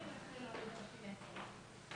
סכום התשלום המזערי לשנת 2020 או יותר מסכום התשלום